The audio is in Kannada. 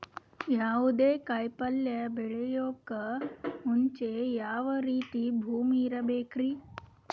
ಯಾವುದೇ ಕಾಯಿ ಪಲ್ಯ ಬೆಳೆಯೋಕ್ ಮುಂಚೆ ಯಾವ ರೀತಿ ಭೂಮಿ ಇರಬೇಕ್ರಿ?